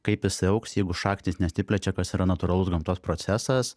kaip jisai augs jeigu šaknys nesiplečia kas yra natūralus gamtos procesas